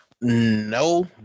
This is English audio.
no